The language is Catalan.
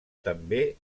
també